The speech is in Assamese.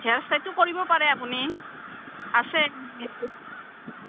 হেয়াৰ ষ্ট্ৰেটো কৰিব পাৰে আপুনি আছে